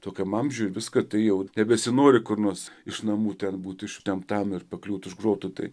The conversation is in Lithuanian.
tokiam amžiui viską tai jau nebesinori kur nors iš namų ten būt ištemptam ir pakliūt už grotų tai